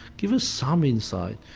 gives us some insight.